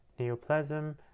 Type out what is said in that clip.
Neoplasm